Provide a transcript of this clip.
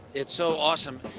it's so awesome.